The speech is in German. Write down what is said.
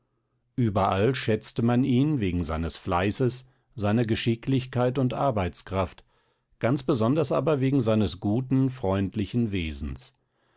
überall schätzte man ihn wegen seines fleißes seiner geschicklichkeit und arbeitskraft ganz besonders aber wegen seines guten freundlichen wesens